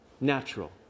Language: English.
natural